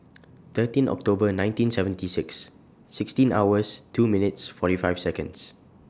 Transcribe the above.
thirteen October nineteen seventy six sixteen hours two minutes forty five Seconds